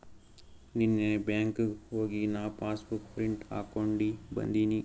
ನೀನ್ನೇ ಬ್ಯಾಂಕ್ಗ್ ಹೋಗಿ ನಾ ಪಾಸಬುಕ್ ಪ್ರಿಂಟ್ ಹಾಕೊಂಡಿ ಬಂದಿನಿ